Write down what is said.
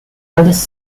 eldest